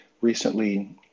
recently